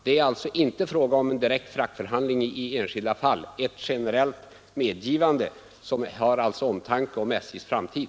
Det är alltså inte fråga om en direkt fraktförhandling i enskilda fall utan om ett generellt medgivande, av omtanke om SJ:s framtid.